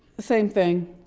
the same thing.